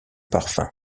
parfum